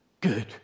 good